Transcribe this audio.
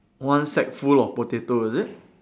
one sack full of potato is it